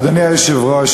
אדוני היושב-ראש,